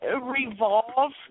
revolve